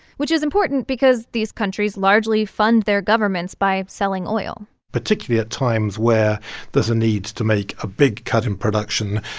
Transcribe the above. which is important because these countries largely fund their governments by selling oil particularly at times where there's a need to make a big cut in production,